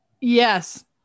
Yes